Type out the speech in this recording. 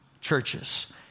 churches